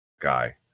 guy